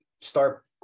start